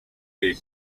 their